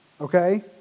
okay